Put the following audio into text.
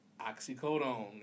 oxycodone